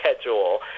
schedule